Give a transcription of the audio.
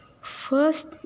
first